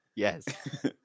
Yes